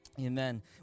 Amen